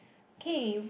K